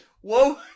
Whoa